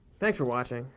thanks for watching.